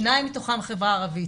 שניים מתוכם מהחברה הערבית.